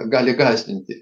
gali gąsdinti